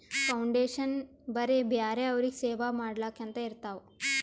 foundation ಬರೇ ಬ್ಯಾರೆ ಅವ್ರಿಗ್ ಸೇವಾ ಮಾಡ್ಲಾಕೆ ಅಂತೆ ಇರ್ತಾವ್